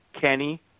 Kenny